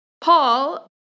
Paul